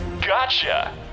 Gotcha